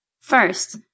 First